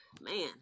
Man